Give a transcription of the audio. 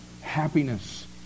happiness